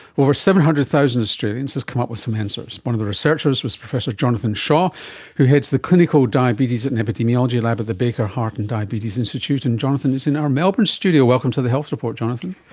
over seven hundred thousand australians, has come up with some answers. one of the researchers was professor jonathan shaw who heads the clinical diabetes and epidemiology lab at the baker heart and diabetes institute, and jonathan's in our melbourne studio. welcome to the health report, jonathan.